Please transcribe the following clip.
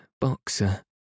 Boxer